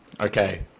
Okay